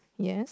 yes